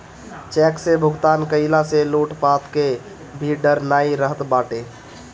check से भुगतान कईला से लूटपाट कअ भी डर नाइ रहत बाटे